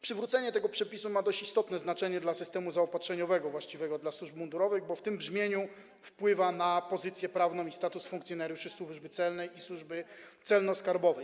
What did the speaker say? Przywrócenie tego przepisu ma dość istotne znaczenie dla systemu zaopatrzeniowego właściwego dla służb mundurowych, bo w tym brzmieniu wpływa na pozycję prawną i status funkcjonariuszy Służby Celnej i Służby Celno-Skarbowej.